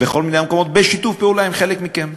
בכל מיני מקומות, בשיתוף פעולה עם חלק מכם.